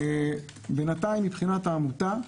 בינתיים מבחינת העמותה,